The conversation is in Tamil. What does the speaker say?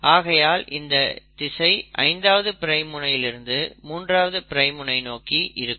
ஆகையால் இந்த திசை 5ஆவது பிரைம் முனையிலிருந்து 3ஆவது பிரைம் முனை நோக்கி இருக்கும்